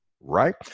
right